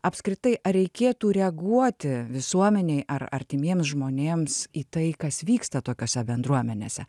apskritai ar reikėtų reaguoti visuomenei ar artimiems žmonėms į tai kas vyksta tokiose bendruomenėse